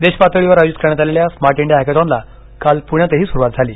देशपातळीवर आयोजित करण्यात आलेल्या स्मार्ट इंडिया हॅकिथॉनला काल पुण्यातही सुरुवात झाली